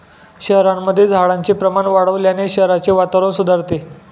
शहरांमध्ये झाडांचे प्रमाण वाढवल्याने शहराचे वातावरण सुधारते